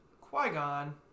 Qui-Gon